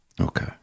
Okay